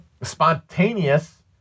spontaneous